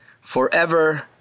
forever